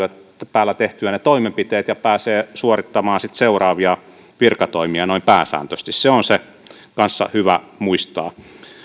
päällä tehtyä ne toimenpiteet ja pääsee suorittamaan sitten seuraavia virkatoimia noin pääsääntöisesti se on kanssa hyvä muistaa